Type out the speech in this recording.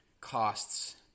costs